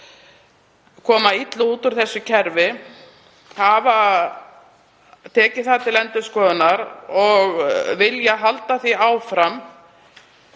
koma illa út úr því hafa tekið það til endurskoðunar og vilja halda því áfram